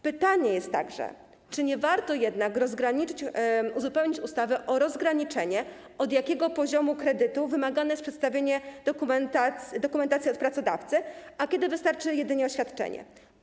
Pytanie jest także takie, czy nie warto jednak uzupełnić ustawy o rozgraniczenie, od jakiego poziomu kredytu wymagane jest przedstawienie dokumentacji od pracodawcy, a kiedy wystarczy jedynie oświadczenie.